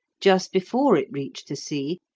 just before it reached the sea,